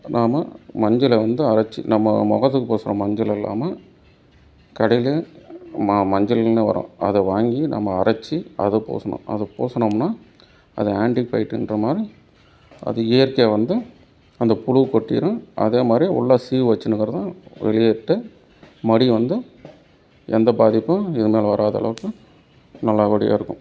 நாம் மஞ்சளை வந்து அரைச்சி நம்ம முகத்துக்கு பூசுகிற மஞ்சள் இல்லாமல் கடையில் ம மஞ்சள்னே வரும் அதை வாங்கி நம்ம அரைச்சி அதை பூசுணும் அதை பூசுனோம்னா அது ஆண்ட்டிபயாட்டிக்ன்ற மாரி அது இயற்கையாக வந்து அந்த புழு கொட்டிரும் அதே மாரி உள்ளே சீ வச்சுன்னு இருக்கிறதும் வெளியேறிட்டு மடி வந்து எந்த பாதிப்பும் இனிமே வராத அளவுக்கு நல்ல படியாக இருக்கும்